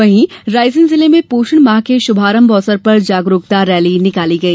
वहीं रायसेन जिले में पोषण माह के शुभारम्भ अवसर पर जागरूकता रैली निकाली गई